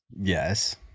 yes